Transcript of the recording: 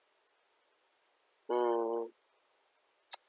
hmm